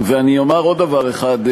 אני אומר עוד דבר אחד,